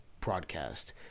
broadcast